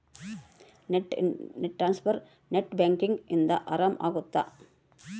inter transfer net banking ಇಂದ ಆರಾಮ ಅಗುತ್ತ